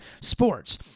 sports